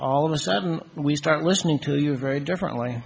all of a sudden we start listening to you very differently